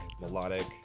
melodic